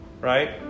Right